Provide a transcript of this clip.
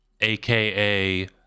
aka